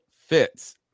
fits